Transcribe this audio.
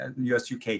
US-UK